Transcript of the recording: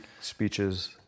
speeches